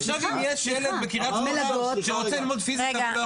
עכשיו אם יש ילד בקרית שמונה שרוצה ללמוד פיזיקה ולא יכול.